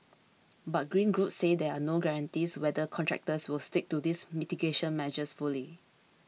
but green groups say there are no guarantees whether contractors will stick to these mitigation measures fully